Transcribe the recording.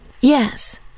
Yes